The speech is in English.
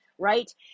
right